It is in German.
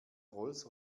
rolls